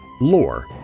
lore